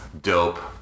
dope